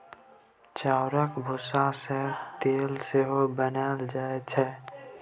चाउरक भुस्सा सँ तेल सेहो बनाएल जाइ छै